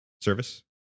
service